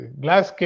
glass